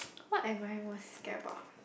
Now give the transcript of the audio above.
what am I most scared about ah